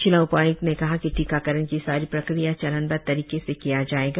जिला उपाय्क्त ने बताया कि टीकाकरण की सारी प्रक्रिया चरणबद्व तरीके से किया जाएगा